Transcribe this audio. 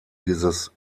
dieses